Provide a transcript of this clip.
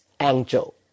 angel